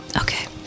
Okay